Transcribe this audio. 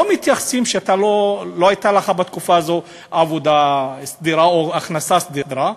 לא מתייחסים לכך שלא הייתה לך בתקופה הזאת עבודה סדירה או הכנסה סדירה,